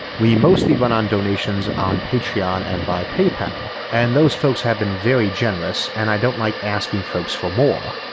we mostly run on donations on patreon and by paypal, and those folks have been very generous and i don't like asking folks for more.